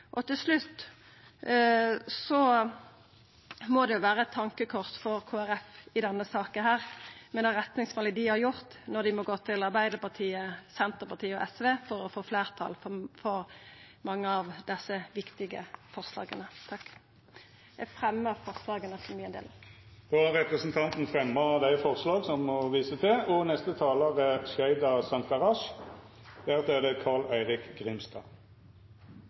Det må vera eit tankekors for Kristeleg Folkeparti i denne saka, med det retningsvalet dei har gjort, at dei må gå til Arbeidarpartiet, Senterpartiet og SV for å få fleirtal for mange av desse viktige forslaga. Eg fremjar forslaga som Senterpartiet har saman med Kristeleg Folkeparti. Då har representanten Kjersti Toppe fremja dei forslaga ho viste til. I og med at vi ikke er